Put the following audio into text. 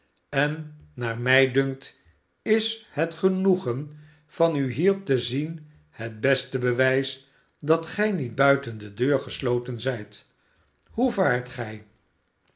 sen naar mij dunkt is het genoegen van u hier te zien het beste bewijs dat gij niet buiten de deur gesloten zijt hoe vaart gij